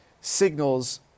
signals